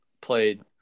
played